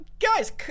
Guys